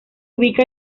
ubica